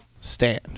Stand